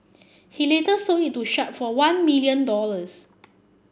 he later sold it to Sharp for one million dollars